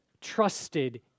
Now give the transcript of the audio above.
trusted